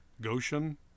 Goshen